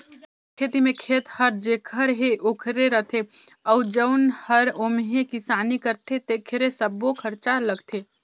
अधिया खेती में खेत हर जेखर हे ओखरे रथे अउ जउन हर ओम्हे किसानी करथे तेकरे सब्बो खरचा लगथे